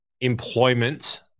employment